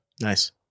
Nice